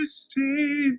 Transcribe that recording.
stay